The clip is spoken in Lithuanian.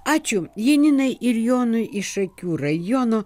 ačiū janinai ir jonui iš šakių rajono